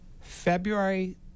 February